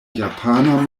japana